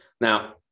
Now